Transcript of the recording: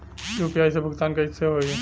UPI से भुगतान कइसे होहीं?